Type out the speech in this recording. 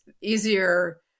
easier